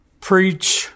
preach